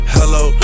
Hello